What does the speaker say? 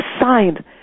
signed